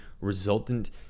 resultant